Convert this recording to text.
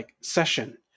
session